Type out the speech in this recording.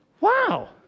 Wow